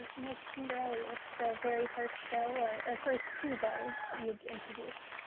miss pingerelli, what's the very first bill or or first two bills you'd introduce?